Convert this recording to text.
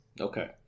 Okay